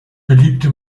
beliebte